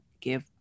give